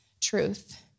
truth